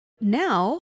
Now